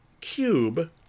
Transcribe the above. Cube